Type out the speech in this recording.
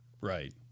Right